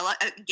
again